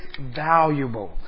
valuable